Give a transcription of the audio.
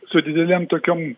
su didelėm tokiom